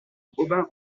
aubin